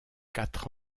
quatre